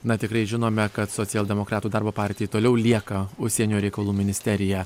na tikrai žinome kad socialdemokratų darbo partijai toliau lieka užsienio reikalų ministerija